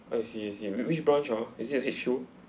I see I see which branch ah is it H_Q